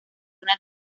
una